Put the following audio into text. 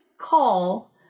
call